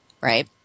Right